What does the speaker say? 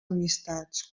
amistats